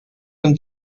and